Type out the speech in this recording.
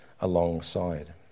alongside